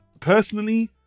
Personally